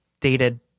dated